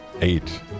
Eight